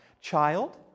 child